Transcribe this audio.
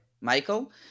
Michael